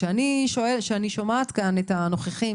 כשאני שומעת כאן את הנוכחים,